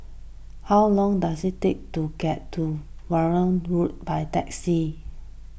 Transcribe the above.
how long does it take to get to Verdun Road by taxi